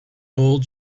old